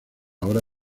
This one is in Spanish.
hora